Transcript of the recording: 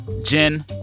Jen